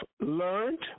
learned